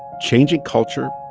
change in culture,